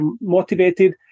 motivated